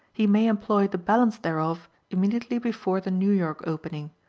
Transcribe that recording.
he may employ the balance thereof immediately before the new york opening,